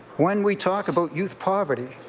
when we talk about youth poverty